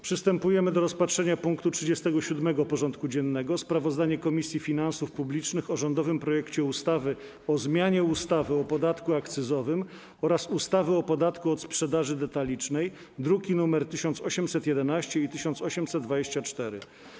Przystępujemy do rozpatrzenia punktu 37. porządku dziennego: Sprawozdanie Komisji Finansów Publicznych o rządowym projekcie ustawy o zmianie ustawy o podatku akcyzowym oraz ustawy o podatku od sprzedaży detalicznej (druki nr 1811 i 1824)